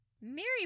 Mary